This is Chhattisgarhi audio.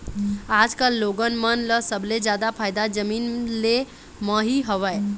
आजकल लोगन मन ल सबले जादा फायदा जमीन ले म ही हवय